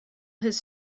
his